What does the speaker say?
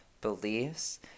beliefs